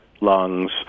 lungs